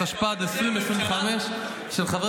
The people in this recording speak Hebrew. התשפ"ד 2025 -- לא הבנתי,